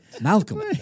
Malcolm